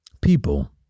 people